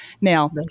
now